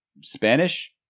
spanish